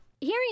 Hearing